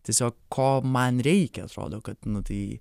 tiesiog ko man reikia atrodo kad nu tai